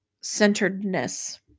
centeredness